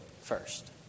first